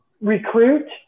recruit